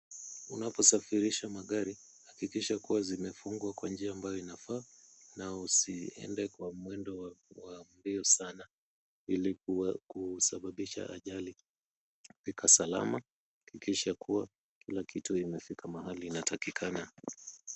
Unaposafirisha magari hakikisha kuwa zimefungwa kwa njia ambayo inafaa na usiende kwa mwendo wa mbio sana ili kusababisha ajali. Fika salama, hakikisha kuwa kila kitu imefika mahali inatakikana.